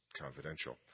confidential